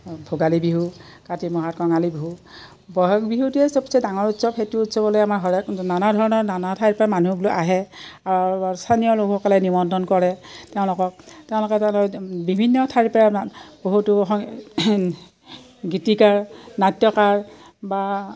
ভোগালী বিহু কাতি মাহত কঙালী বিহু বহাগ বিহুতে চবচে ডাঙৰ উৎসৱ সেইটো উৎসৱলৈ আমাৰ নানা ধৰণৰ নানা ঠাইৰ পৰা মানুহবোৰ আহে আৰু স্থানীয় লোকসকলে নিমন্ত্ৰণ কৰে তেওঁলোকক তেওঁলোকে তাত বিভিন্ন ঠাইৰ পৰা বহুতো সং গীতিকাৰ নাট্যকাৰ বা